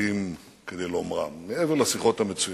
מלים כדי לומר, מעבר לשיחות המצוינות,